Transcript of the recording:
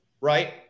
right